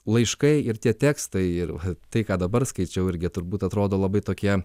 laiškai ir tie tekstai ir tai ką dabar skaičiau irgi turbūt atrodo labai tokie